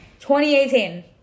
2018